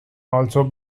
also